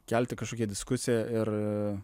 kelti kažkokią diskusiją ir